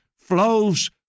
flows